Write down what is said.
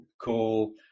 call